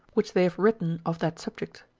which they have written of that subject.